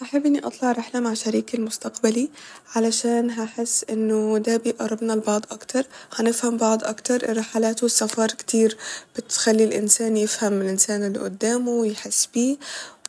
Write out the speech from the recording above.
هحب اني اطلع رحلة مع شريكي المستقبلي علشان هحس انه ده بيقربنا لبعض اكتر هنفهم بعض اكتر الرحلات والسفر كتير بتخلي الانسان يفهم الانسان اللي قدامه ويحس بيه